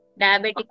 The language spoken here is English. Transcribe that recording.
diabetic